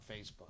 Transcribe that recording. Facebook